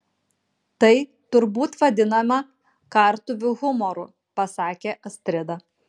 tai turbūt vadinama kartuvių humoru pasakė astrida